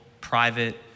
private